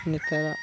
ᱱᱤᱛᱚᱜᱟᱸᱜ